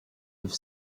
have